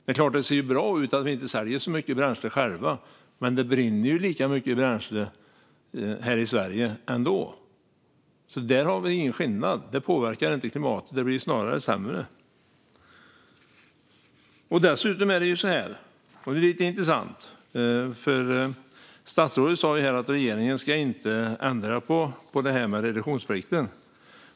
Det är klart att det ser bra ut att vi inte säljer så mycket bränsle själva, men det brinner lika mycket bränsle här i Sverige ändå. Det är ingen skillnad. Det påverkar inte klimatet till det bättre, utan det blir snarare sämre. Lite intressant är att statsrådet sa att regeringen inte ska ändra på det här med reduktionsplikten.